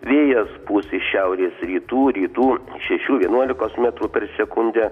vėjas pūs iš šiaurės rytų rytų šešių vienuolikos metrų per sekundę